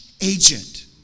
agent